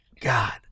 God